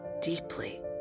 deeply